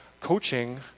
coaching